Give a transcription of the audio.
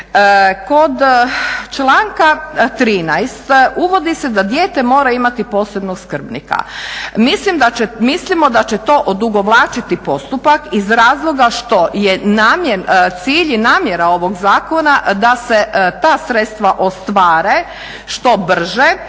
Kod članka 13. uvodi se da dijete mora imati posebnog skrbnika. Mislimo da će to odugovlačiti postupak iz razloga što je cilj i namjera ovog zakona da se ta sredstva ostvare što brže.